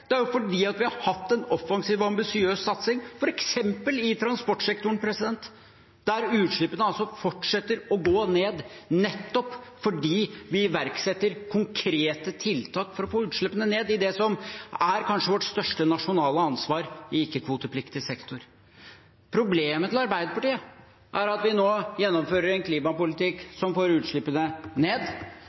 Det er jo ikke sånn klimapolitikk fungerer. Det er ikke tilfeldig at utslippene går ned. Det er ikke tilfeldig at man må tilbake til 1995 for å finne like lave utslipp i Norge. Det er fordi vi har hatt en offensiv og ambisiøs satsing, f.eks. i transportsektoren, der utslippene fortsetter å gå ned, nettopp fordi vi iverksetter konkrete tiltak for å få utslippene ned i det som kanskje er vårt største